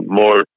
more